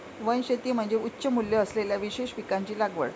वनशेती म्हणजे उच्च मूल्य असलेल्या विशेष पिकांची लागवड